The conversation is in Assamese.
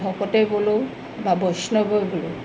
ভকতেই বোলো বা বৈষ্ণৱেই বোলো